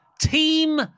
Team